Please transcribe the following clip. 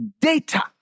data